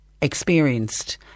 experienced